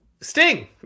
Sting